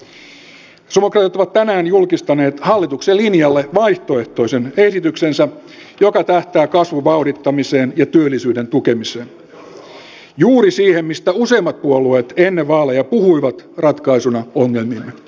sosialidemokraatit ovat tänään julkistaneet hallituksen linjalle vaihtoehtoisen esityksensä joka tähtää kasvun vauhdittamiseen ja työllisyyden tukemiseen juuri siihen mistä useimmat puolueet ennen vaaleja puhuivat ratkaisuna ongelmiin